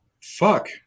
fuck